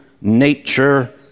nature